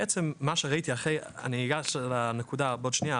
בעצם מה שראיתי אחרי כל המאבק שאני עובר ועדיין באמת לא סיימתי,